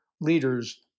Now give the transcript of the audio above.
leaders